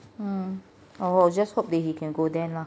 um I will just hope that he can go there lah